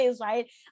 right